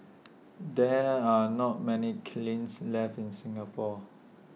there are not many kilns left in Singapore